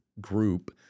group